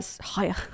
higher